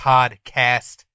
Podcast